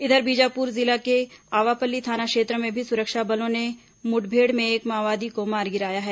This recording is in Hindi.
इधर बीजापुर जिले के आवापल्ली थाना क्षेत्र में भी सुरक्षा बलों ने मुठभेड़ में एक माओवादी को मारा गिराया है